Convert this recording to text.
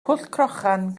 pwllcrochan